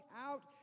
out